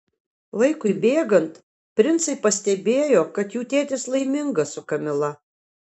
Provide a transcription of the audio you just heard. laikui bėgant princai pastebėjo kad jų tėtis laimingas su kamila